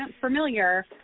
familiar